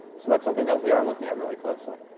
so that's something that we are looking at really closely.